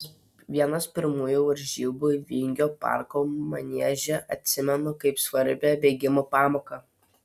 vienas pirmųjų varžybų vingio parko manieže atsimenu kaip svarbią bėgimo pamoką